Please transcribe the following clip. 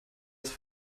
ist